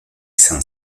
san